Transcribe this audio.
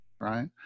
right